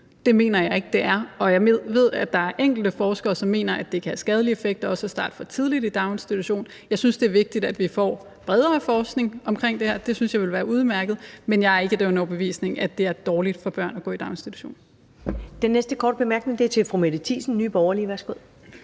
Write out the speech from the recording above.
Det mener jeg ikke det er, og jeg ved, at der er enkelte forskere, som mener, at det kan have skadelig effekt også at starte for tidligt i daginstitution. Jeg synes, det er vigtigt, at vi får bredere forskning omkring det her. Det synes jeg ville være udmærket. Men jeg er ikke af den overbevisning, at det er dårligt for børn at gå i daginstitution.